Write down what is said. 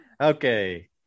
Okay